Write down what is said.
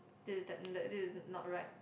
this is that uh that this is not right